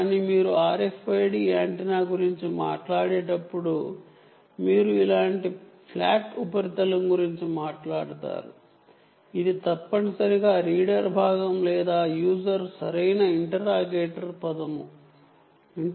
కానీ మీరు RFID antenna గురించి మాట్లాడేటప్పుడు మీరు ఇలాంటి ఫ్లాట్ ఉపరితలం గురించి మాట్లాడుతారు ఇది తప్పనిసరిగా రీడర్ భాగం లేదా యూజర్ సరైన పదము ఇంటరాగేటర్ యాంటెన్నా